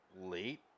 late